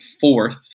fourth